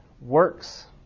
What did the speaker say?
Works